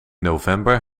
november